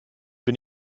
bin